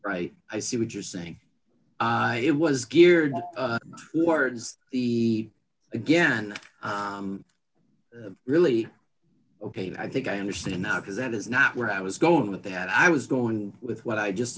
r i see what you're saying it was geared towards the again really ok i think i understand now because that is not where i was going with that i was going with what i just